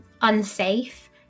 unsafe